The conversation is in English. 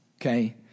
okay